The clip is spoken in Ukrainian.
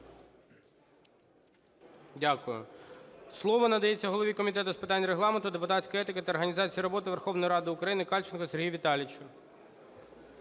Дякую. Слово надається голові Комітету з питань Регламенту, депутатської етики та організації роботи Верховної Ради України Кальченку Сергію Віталійовичу.